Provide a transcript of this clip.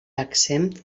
exempt